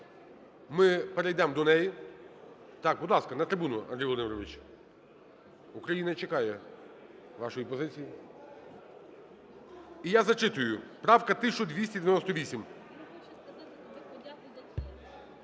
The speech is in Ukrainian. ми перейдемо до неї. Так, будь ласка, на трибуну, Андрій Володимирович, Україна чекає вашої позиції. І я зачитую: правка 1298.